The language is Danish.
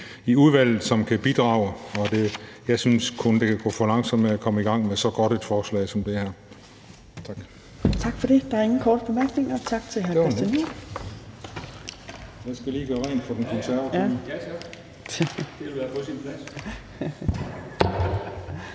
i udvalget, som kan bidrage, og jeg synes kun, det kan gå for langsomt med at komme i gang med så godt et forslag som det her. Tak. Kl. 18:11 Fjerde næstformand (Trine Torp): Tak til hr. Christian